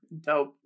Dope